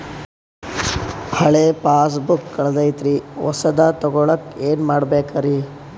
ಹಳೆ ಪಾಸ್ಬುಕ್ ಕಲ್ದೈತ್ರಿ ಹೊಸದ ತಗೊಳಕ್ ಏನ್ ಮಾಡ್ಬೇಕರಿ?